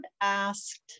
asked